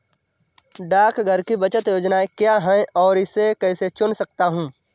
डाकघर की बचत योजनाएँ क्या हैं और मैं इसे कैसे चुन सकता हूँ?